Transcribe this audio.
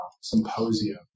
symposium